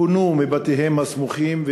פונו מבתיהן הסמוכים.